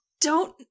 don't-